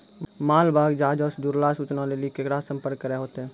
मालवाहक जहाजो से जुड़लो सूचना लेली केकरा से संपर्क करै होतै?